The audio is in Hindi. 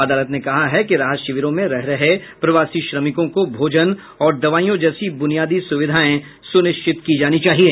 अदालत ने कहा कि राहत शिविरों में रह रहे प्रवासी श्रमिकों को भोजन और दवाईयों जैसी ब्रनियादी सुविधायें सुनिश्चित की जानी चाहिए